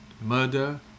murder